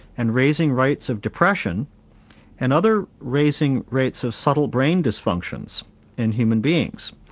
and raising rates of depression and other raising rates of subtle brain dysfunctions in human beings?